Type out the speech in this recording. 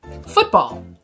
Football